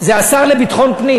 זה השר לביטחון פנים.